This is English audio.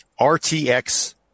RTX